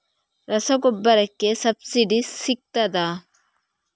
ರಸಗೊಬ್ಬರಕ್ಕೆ ಸಬ್ಸಿಡಿ ಸಿಗ್ತದಾ?